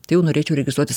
tai jau norėčiau registruotis